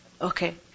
Okay